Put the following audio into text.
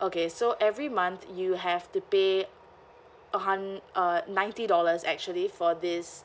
okay so every month you have to pay a hund~ uh ninety dollars actually for this